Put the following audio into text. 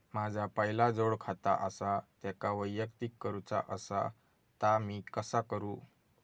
माझा पहिला जोडखाता आसा त्याका वैयक्तिक करूचा असा ता मी कसा करू?